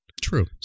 True